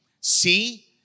See